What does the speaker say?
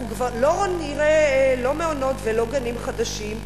אנחנו כבר לא נראה מעונות וגנים חדשים,